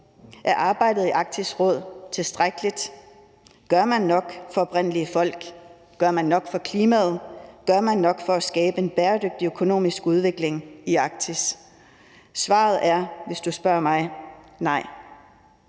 Er arbejdet i Arktisk Råd tilstrækkeligt? Gør man nok for oprindelige folk? Gør man nok for klimaet? Gør man nok for at skabe en bæredygtig økonomisk udvikling i Arktis? Svaret er, hvis du spørger mig, nej.